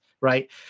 right